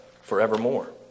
forevermore